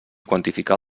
quantificar